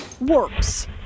works